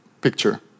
picture